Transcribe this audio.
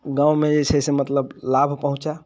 गाँवमे जे छै से मतलब लाभ पहुँचै